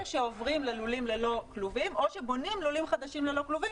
שעוברים ללולים ללא כלובים או שבונים לולים חדשים ללא כלובים,